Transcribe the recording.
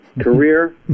career